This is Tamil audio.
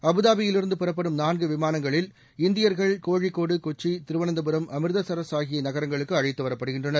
அபுதாபியில் இருந்து புறப்படும் நான்கு விமானங்களில் இந்தியர்கள் கோழிக்கோடு கொச்சி திருவனந்தபுரம் அமிர்தசரஸ் ஆகிய நகரங்களுக்கு அழைத்து வரப்படுகின்றனர்